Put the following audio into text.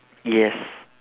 yes